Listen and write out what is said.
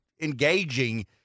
engaging